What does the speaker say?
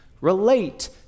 relate